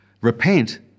Repent